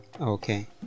Okay